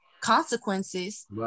consequences